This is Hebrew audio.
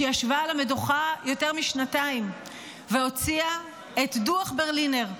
שישבה על המדוכה יותר משנתיים והוציאה את דוח ברלינר,